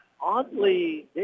oddly